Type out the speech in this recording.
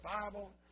Bible